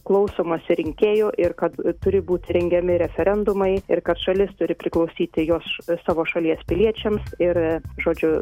klausomasi rinkėjų ir kad turi būti rengiami referendumai ir kad šalis turi priklausyti jos savo šalies piliečiams ir žodžiu